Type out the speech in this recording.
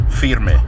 firme